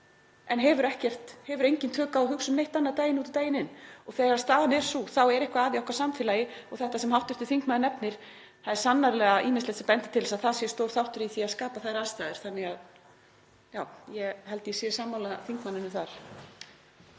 en hefur engin tök á að hugsa um neitt annað daginn út og daginn inn og þegar staðan er sú er eitthvað að í okkar samfélagi og þetta sem hv. þingmaður nefnir, það er sannarlega ýmislegt sem bendir til þess að það sé stór þáttur í því að skapa þær aðstæður. Já, ég held að ég sé sammála þingmanninum þar.